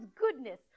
goodness